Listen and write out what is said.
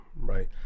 right